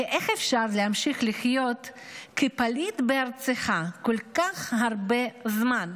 כי איך אפשר להמשיך לחיות כפליט בארצך כל כך הרבה זמן,